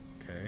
okay